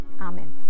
Amen